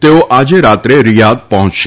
તેઓ આજે રાત્રે રિયાધ પહોંચશે